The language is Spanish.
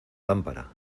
lámpara